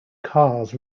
cars